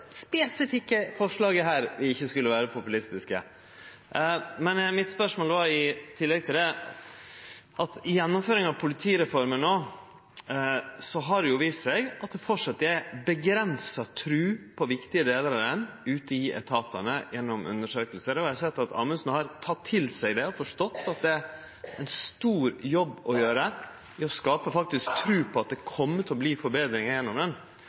spesifikke forslaget her vi ikkje skulle vere populistiske? Men til spørsmålet mitt i tillegg til det: I gjennomføringa av politireforma no har det vist seg gjennom undersøkingar at det framleis er avgrensa tru på viktige delar av ho ute i etatane. Eg har sett at Amundsen har teke det til seg og forstått at det er ein stor jobb å gjere med å skape tru på at det kjem til å verte forbetringar gjennom